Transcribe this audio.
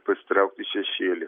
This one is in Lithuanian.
pasitraukt į šešėlį